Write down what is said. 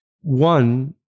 One